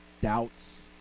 doubts